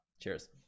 Cheers